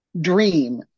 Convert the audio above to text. dream